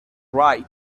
right